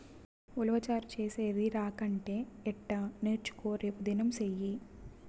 ఉలవచారు చేసేది రాకంటే ఎట్టా నేర్చుకో రేపుదినం సెయ్యి